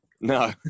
No